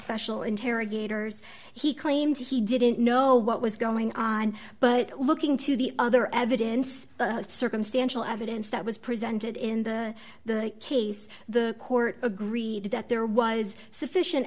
special interrogators he claimed he didn't know what was going on but looking to the other evidence circumstantial evidence that was presented in the the case the court agreed that there was sufficient